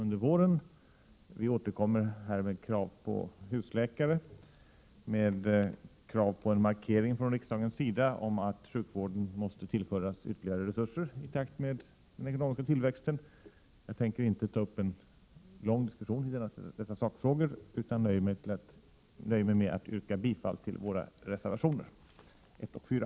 Här återkommer vi med krav på husläkare, med krav på en markering från riksdagens sida av att sjukvården måste tillföras ytterligare resurser i takt med den ekonomiska tillväxten. Jag tänker inte ta upp en lång diskussion i dessa sakfrågor utan nöjer mig med att yrka bifall till våra reservationer 1 och 4.